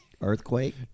Earthquake